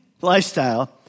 lifestyle